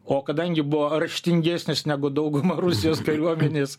o kadangi buvo raštingesnis negu dauguma rusijos kariuomenės